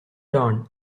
dawn